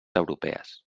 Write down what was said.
europees